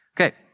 Okay